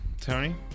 Tony